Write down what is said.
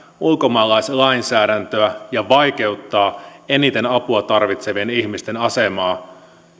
ulkomaalaislainsäädäntöä ja vaikeuttaa eniten apua tarvitsevien ihmisten asemaa